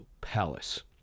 palace